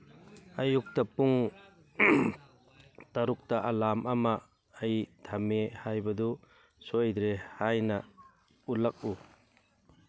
ꯑꯌꯨꯛꯇ ꯄꯨꯡ ꯇꯔꯨꯛꯇ ꯑꯂꯥꯝ ꯑꯃ ꯑꯩ ꯊꯝꯃꯦ ꯍꯥꯏꯕꯗꯨ ꯁꯣꯏꯗ꯭ꯔꯦ ꯍꯥꯏꯅ ꯎꯠꯂꯛꯎ